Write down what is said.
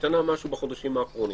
השתנה משהו בחודשים האחרונים?